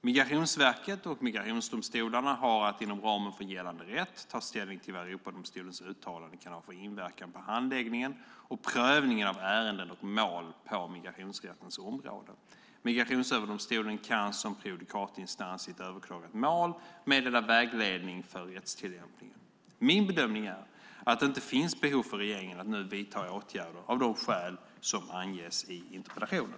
Migrationsverket och migrationsdomstolarna har att inom ramen för gällande rätt ta ställning till vad Europadomstolens uttalanden kan ha för inverkan på handläggningen och prövningen av ärenden och mål på migrationsrättens område. Migrationsöverdomstolen kan som prejudikatinstans i ett överklagat mål meddela vägledning för rättstillämpningen. Min bedömning är att det inte finns behov för regeringen att nu vidta åtgärder av de skäl som anges i interpellationen.